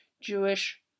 Jewish